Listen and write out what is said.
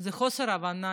זה חוסר הבנה.